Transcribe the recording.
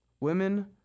Women